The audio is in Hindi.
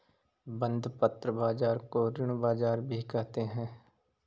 बंधपत्र बाज़ार को ऋण बाज़ार भी कहते हैं